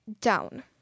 Down